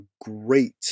great